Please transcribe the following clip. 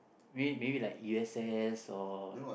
maybe maybe like U_S_S or